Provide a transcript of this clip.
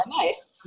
nice